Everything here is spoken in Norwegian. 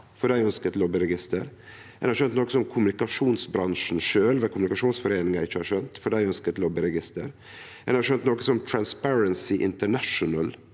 for dei ønskjer eit lobbyregister. Ein har skjønt noko som kommunikasjonsbransjen sjølv, ved Kommunikasjonsforeningen, ikkje har skjønt, for dei ønskjer eit lobbyregister. Ein har skjønt noko som Transparency Inernational